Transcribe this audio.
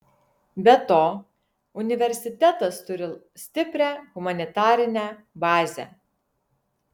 be to universitetas turi stiprią humanitarinę bazę